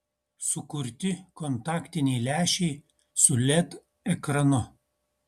sukurti kontaktiniai lęšiai su led ekranu